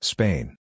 Spain